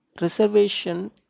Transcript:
Reservation